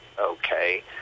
okay